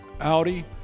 Audi